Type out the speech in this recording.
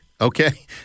Okay